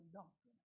doctrine